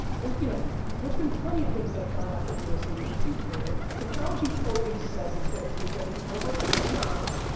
there's you know there's been plenty of things that have gone after real estate agents, you've heard it. technology always says it's gonna take everything over. it's not,